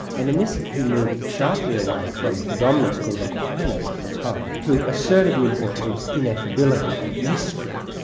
and in this he moved sharply away from the dominant school of aquinas at the time, who asserted the importance of ineffability, of mystery.